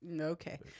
Okay